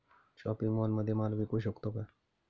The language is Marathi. शॉपिंग मॉलमध्ये माल विकू शकतो का?